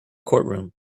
courtroom